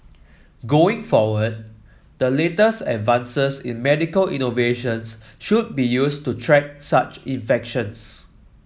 going forward the latest advances in medical innovations should be used to track such infections